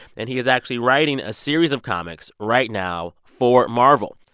and he is actually writing a series of comics right now for marvel.